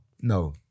no